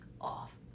off